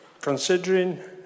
Considering